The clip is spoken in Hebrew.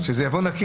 שזה יבוא נקי.